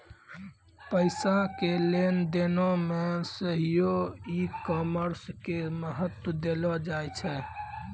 पैसा के लेन देनो मे सेहो ई कामर्स के महत्त्व देलो जाय छै